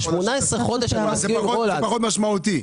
זה פחות משמעותי.